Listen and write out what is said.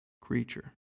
creature